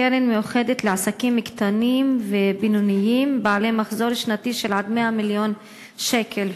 קרן מיוחדת לעסקים קטנים ובינוניים בעלי מחזור שנתי עד 100 מיליון שקל.